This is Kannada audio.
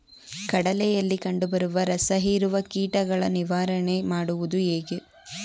ಕಡಲೆಯಲ್ಲಿ ಕಂಡುಬರುವ ರಸಹೀರುವ ಕೀಟಗಳ ನಿವಾರಣೆ ಮಾಡುವುದು ಹೇಗೆ?